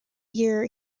year